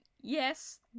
yes